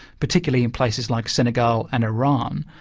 particularly in places like senegal and iran.